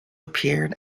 appeared